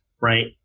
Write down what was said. right